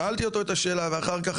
שאלתי אותו את השאלה ואחר כך,